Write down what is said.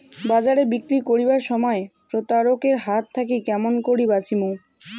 বাজারে বিক্রি করিবার সময় প্রতারক এর হাত থাকি কেমন করি বাঁচিমু?